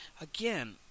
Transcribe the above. Again